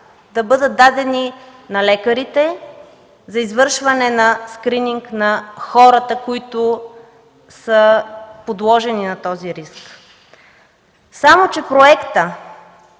да бъдат дадени на лекарите за извършване на скрининг на хората, които са подложени на този риск. Само че проектът,